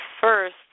first